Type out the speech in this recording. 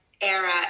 era